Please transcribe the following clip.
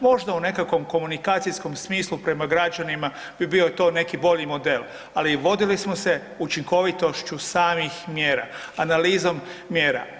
Možda u nekom komunikacijskom smislu prema građanima bi bio to neki bolji model, ali vodili smo se učinkovitošću samih mjera, analizom mjera.